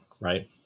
right